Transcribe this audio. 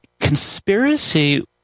conspiracy